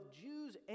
Jews